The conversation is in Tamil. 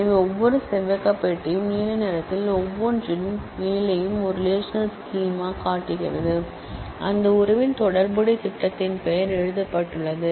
எனவே ஒவ்வொரு ரெட் பாக்ஸும் நீல நிறத்தில் ஒவ்வொன்றின் மேலேயும் ஒரு ரெலேஷனல் ஸ்கீமா காட்டுகிறது அந்த ஸ்கீமா பெயர் எழுதப்பட்டுள்ளது